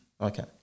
Okay